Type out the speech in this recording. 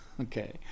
Okay